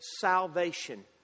salvation